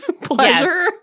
Pleasure